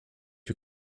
you